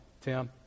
Tim